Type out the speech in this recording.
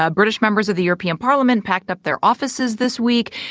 ah british members of the european parliament packed up their offices this week.